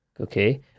Okay